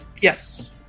Yes